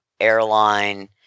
airline